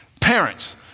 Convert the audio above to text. Parents